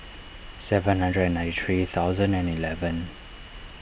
seven hundred and ninety three thousand and eleven